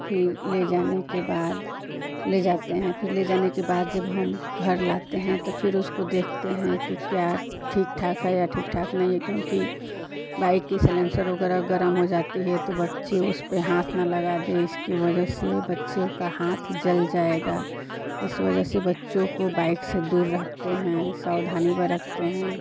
फिर ले जाने के बाद ले जाते हैं फिर ले जाने के बाद जब हम घर लाते हैं तो फिर उसको देखते हैं कि क्या ठीक ठाक है या ठीक ठाक नहीं है क्योंकि बाइक़ का साइलेन्सर वग़ैरह गरम हो जाता है तो बच्चे उसपर हाथ न लगा दें इसकी वज़ह से बच्चे का हाथ जल जाएगा इस वज़ह से बच्चों को बाइक़ से दूर रखते हैं सावधानी बरतते हैं